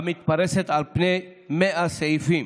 המתפרסת על פני 100 סעיפים.